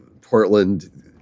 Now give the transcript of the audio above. Portland